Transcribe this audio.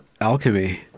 alchemy